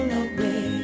away